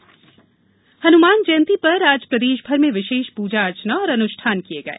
हन्मान जयंती आज हनुमान जयंती पर आज प्रदेशभर में विशेष पूजा अर्चना और अनुष्ठान किये गये